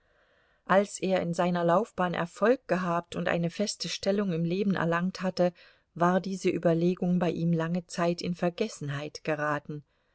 als er in seiner laufbahn erfolg gehabt und eine feste stellung im leben erlangt hatte war diese überlegung bei ihm lange zeit in vergessenheit geraten